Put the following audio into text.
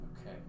Okay